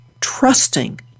trusting